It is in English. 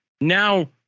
Now